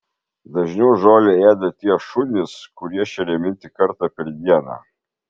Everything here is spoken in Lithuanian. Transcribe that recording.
dažniau žolę ėda tie šunys kurie šeriami tik kartą per dieną